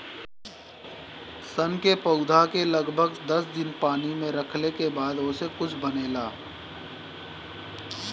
सन के पौधा के लगभग दस दिन पानी में रखले के बाद ओसे कुछू बनेला